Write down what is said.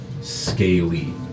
scaly